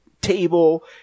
table